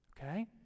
okay